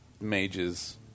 mages